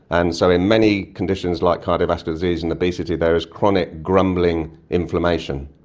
and so in many conditions like cardiovascular disease and obesity there is chronic grumbling inflammation.